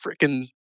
freaking